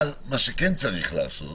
אבל מה שכן צריך לעשות